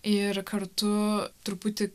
ir kartu truputį